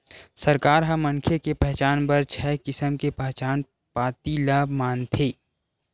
सरकार ह मनखे के पहचान बर छय किसम के पहचान पाती ल मानथे